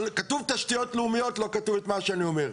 כתוב תשתיות לאומיות, לא כתוב את מה שאני אומר.